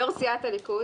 יושב-ראש סיעת הליכוד